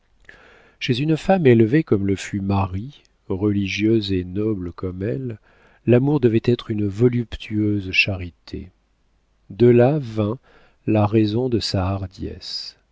chez une femme élevée comme le fut marie religieuse et noble comme elle l'amour devait être une voluptueuse charité de là vint la raison de sa hardiesse